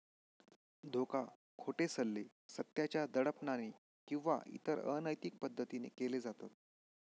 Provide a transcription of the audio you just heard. धोका, खोटे सल्ले, सत्याच्या दडपणाने किंवा इतर अनैतिक पद्धतीने केले जाते